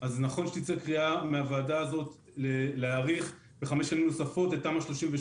נכון שתצא קריאה מהוועדה הזאת להאריך בחמש שנים נוספות את תמ"א 38,